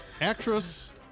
actress